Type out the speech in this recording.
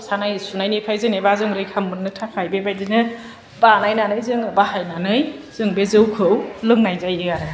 सानाय सुनाय निफ्राय जेनोबा जों रैखा मोननो थाखाय बेबादिनो बानायनानै जोङो बाहायनानै जों बे जौखौ लोंनाय जायो आरो